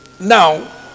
Now